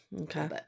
Okay